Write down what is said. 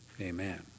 Amen